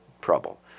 trouble